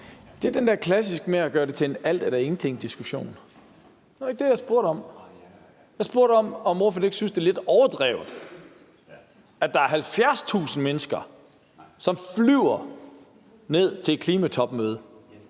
Det er den der klassiske ting med at gøre det til en alt eller ingenting-diskussion. Det var ikke det, jeg spurgte om. Jeg spurgte, om ordføreren ikke synes, at det er lidt overdrevet, at der er 70.000 mennesker, som flyver ned til et klimatopmøde.